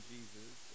Jesus